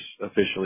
officially